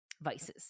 vices